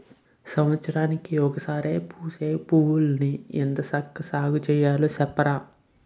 సంవత్సరానికి ఒకసారే పూసే పూలమొక్కల్ని ఎంత చక్కా సాగుచెయ్యాలి సెప్పరా?